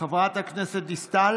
חברת הכנסת דיסטל